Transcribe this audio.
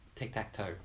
tic-tac-toe